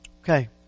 Okay